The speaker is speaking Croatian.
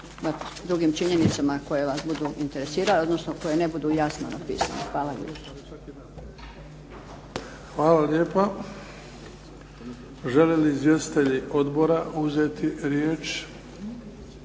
drugim činjenicama koje vas budu interesirale, odnosno koje ne budu jasno napisane. Hvala lijepa. **Bebić, Luka (HDZ)** Hvala lijepa. Žele li izvjestitelji odbora uzeti riječ?